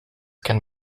can